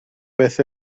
beth